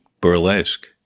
burlesque